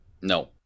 No